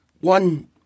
One